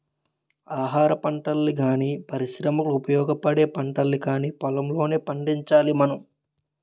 ఆహారపంటల్ని గానీ, పరిశ్రమలకు ఉపయోగపడే పంటల్ని కానీ పొలంలోనే పండించాలి మనం